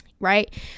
right